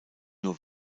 nur